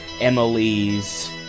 Emily's